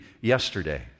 yesterday